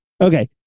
Okay